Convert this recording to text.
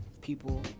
people